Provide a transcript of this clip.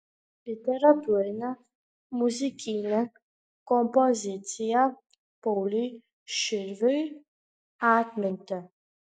literatūrinė muzikinė kompozicija pauliui širviui atminti